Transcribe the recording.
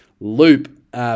loop